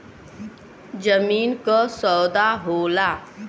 जमीन क सौदा होला